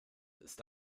ist